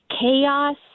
chaos